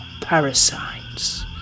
parasites